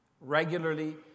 regularly